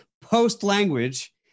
post-language